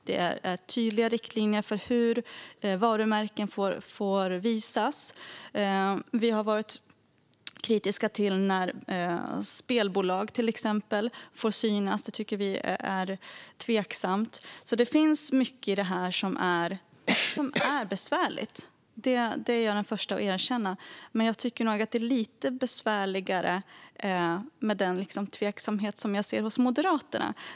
Det finns tydliga riktlinjer för hur varumärken får visas. Vi har varit kritiska till när till exempel spelbolag får synas; det tycker vi är tveksamt. Det finns mycket i detta som är besvärligt. Det är jag den första att erkänna, men jag tycker att det är lite besvärligare med den tveksamhet jag ser hos Moderaterna.